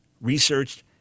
researched